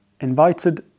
invited